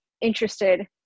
interested